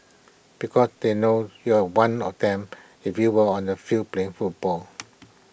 because they know you are one of them if you were on the field playing football